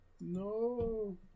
no